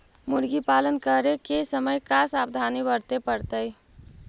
मुर्गी पालन करे के समय का सावधानी वर्तें पड़तई?